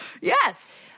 Yes